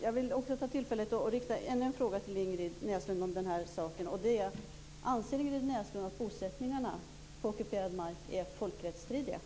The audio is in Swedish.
Jag vill också ta tillfället i akt att rikta ännu en fråga till Ingrid Näslund om den här saken. Anser Ingrid Näslund att bosättningarna på ockuperad mark är folkrättsstridiga?